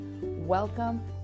Welcome